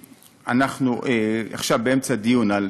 עכשיו אנחנו באמצע דיון על